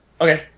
Okay